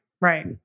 Right